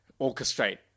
orchestrate